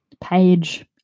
page